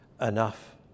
enough